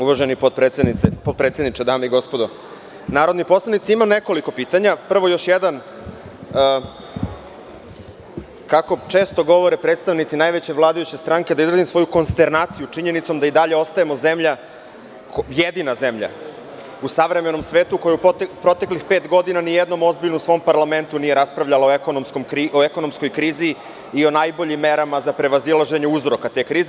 Uvaženi potpredsedniče, dame i gospodo narodni poslanici, imam nekoliko pitanja, prvo još jedan, kako često govore predstavnici najveće vladajuće stranke da izrazim svoju konsternaciju činjenicom da i dalje ostajemo jedina zemlja u savremenom svetu koja u proteklih pet godina nijednom ozbiljno u svom parlamentu nije raspravljala o ekonomskoj krizi i o najboljim merama za prevazilaženje uzroka te krize.